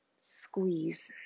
squeeze